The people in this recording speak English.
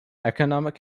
economic